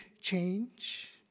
change